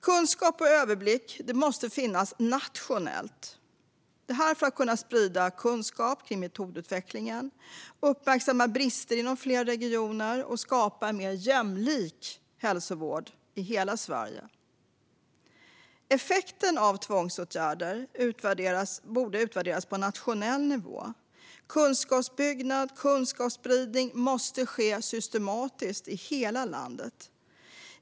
Kunskap och överblick måste finnas nationellt - detta för att kunna sprida kunskap kring metodutvecklingen, uppmärksamma brister inom flera regioner och skapa en mer jämlik hälsovård i hela Sverige. Effekten av tvångsåtgärder borde utvärderas på nationell nivå. Kunskapsuppbyggnad och kunskapsspridning måste ske systematiskt i hela landet.